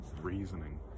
Reasoning